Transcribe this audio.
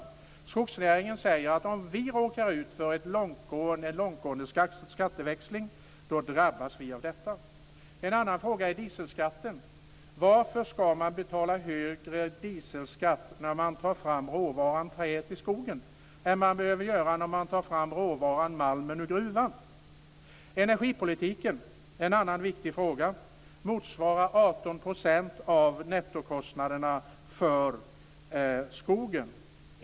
Från skogsnäringens sida säger man att man drabbas om man råkar ut för en långtgående skatteväxling. En annan fråga gäller dieselskatten. Varför skall man betala högre dieselskatt när man tar fram råvaran trä i skogen än man behöver göra när man tar fram råvaran malm i gruvan? Energipolitiken är en annan viktig fråga. Det här motsvarar 18 % av nettokostnaderna för skogen.